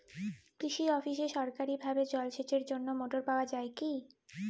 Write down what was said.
কৃষি অফিসে সরকারিভাবে জল সেচের জন্য মোটর পাওয়া যায় কি?